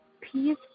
peace